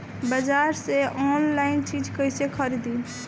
बाजार से आनलाइन चीज कैसे खरीदी?